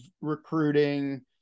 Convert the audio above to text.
recruiting